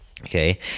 Okay